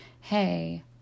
hey